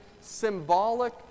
symbolic